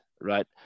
right